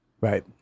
right